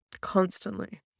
Constantly